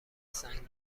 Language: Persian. سنگ